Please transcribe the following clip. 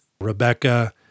Rebecca